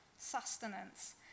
sustenance